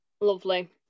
Lovely